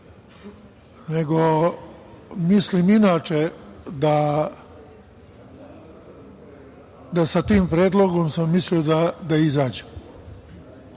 nego mislim inače da sa tim predlogom sam mislio da izađem. Mi